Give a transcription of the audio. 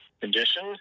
condition